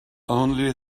only